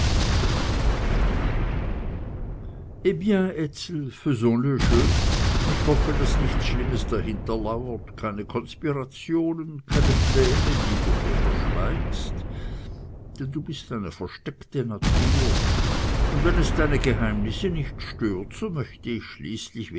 ich hoffe daß nichts schlimmes dahinter lauert keine konspirationen keine pläne die du mir verschweigst denn du bist eine versteckte natur und wenn es deine geheimnisse nicht stört so möcht ich schließlich